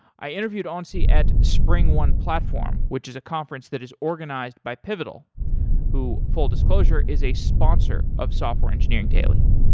i interviewed onsi at spring one platform, which is a conference that is organized by pivotal who, full disclosure, is a sponsor of software engineering daily.